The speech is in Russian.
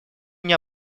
мне